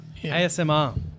ASMR